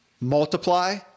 multiply